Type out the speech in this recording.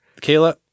Kayla